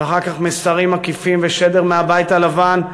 ואחר כך מסרים עקיפים ושדר מהבית הלבן,